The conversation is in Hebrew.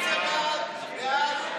סעיף 1,